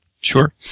sure